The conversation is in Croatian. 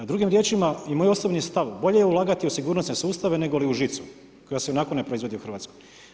Drugim riječima, i moj osobni stav bolje je ulagati u sigurnosne sustave nego li u žicu, koja se ionako ne proizvodi u Hrvatskoj.